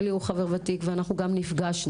אלי הוא חבר ותיק ואנחנו גם נפגשנו.